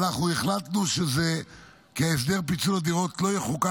אנחנו החלטנו שהסדר פיצול הדירות לא יחוקק